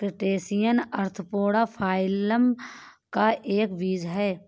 crustacean arthropoda phylum का एक जीव है